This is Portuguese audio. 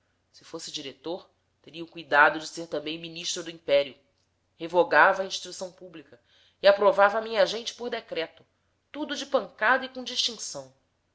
se fosse diretor teria o cuidado de ser também ministro do império revogava a instrução pública e aprovava a minha gente por decreto tudo de pancada e com distinção